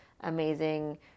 amazing